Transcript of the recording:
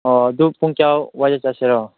ꯑꯣ ꯑꯗꯨ ꯄꯨꯡ ꯀꯌꯥ ꯋꯥꯏꯗ ꯆꯠꯁꯤꯔꯣ